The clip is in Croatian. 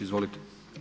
Izvolite.